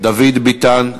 דוד ביטן.